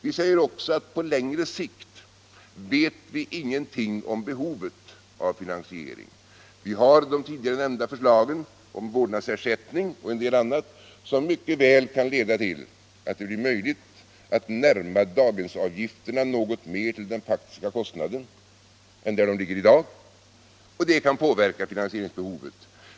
Vi säger också att på längre sikt vet vi ingenting om behovet av finansiering. Vi har de tidigare nämnda förslagen om vårdnadsersättning och en del annat. som mycket väl kan leda till att det blir möjligt att närma daghemsavgifterna något mer till den faktiska kostnaden än vad som är fallet i dag, och det kan påverka finansieringsbehovet.